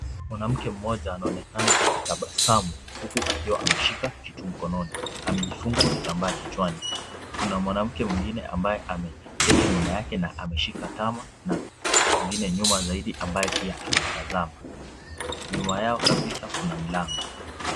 Mwanamke mmoja anaonekana akitabasamu huku akiwa anashika kitu mkononi. Amejifunga kitambaa kichwani, kuna mwanamke mwingine ambaye ameketi nyuma yake na ameshika tamaa na mwingine nyuma zaidi ambaye pia anatazama. Nyuma yao kabisa kuna mlango.